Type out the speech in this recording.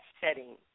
setting